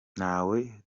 ntawe